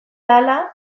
ahala